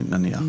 נניח.